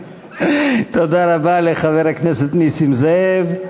תודה רבה לחבר הכנסת נסים זאב.